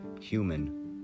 human